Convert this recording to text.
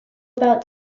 about